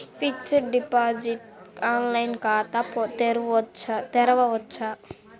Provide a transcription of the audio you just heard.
Fixed deposit online ఖాతా తెరువవచ్చా?